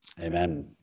amen